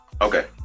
Okay